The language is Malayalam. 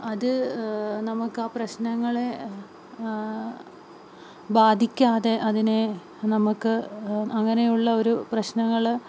അത് നമുക്കാ പ്രശ്നങ്ങളെ ബാധിക്കാതെ അതിനെ നമുക്ക് അങ്ങനെയുള്ള ഒരു പ്രശ്നങ്ങള്